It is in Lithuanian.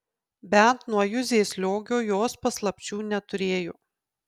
bent nuo juzės liogio jos paslapčių neturėjo